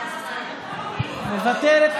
מוותרת?